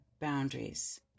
boundaries